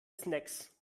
snacks